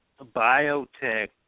biotech